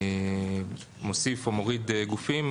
מוסיף או מוריד גופים,